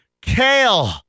Kale